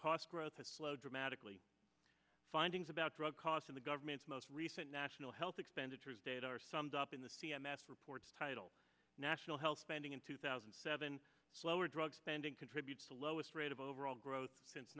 cost growth has slowed dramatically findings about drug costs in the government's most recent national health expenditures data are summed up in the c m s reports title national health spending in two thousand and seven slower drug spending contributes the lowest rate of overall growth since